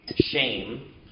shame